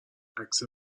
عکس